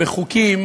בחוקים